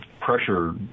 pressure